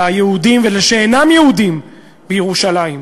ליהודים ולשאינם-יהודים בירושלים,